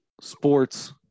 sports